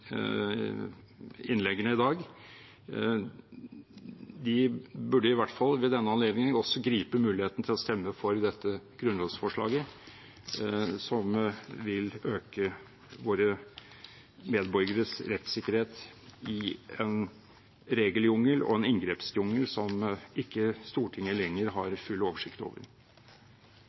innleggene i dag – iallfall ved denne anledningen griper muligheten til å stemme for dette grunnlovsforslaget, som vil øke våre medborgeres rettssikkerhet i en regeljungel og en inngrepsjungel som Stortinget ikke lenger har full oversikt over.